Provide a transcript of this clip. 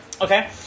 Okay